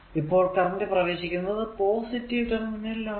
ഇപ്പോൾ കറന്റ് പ്രവേശിക്കുന്നത് positive terminal ൽ ആണ്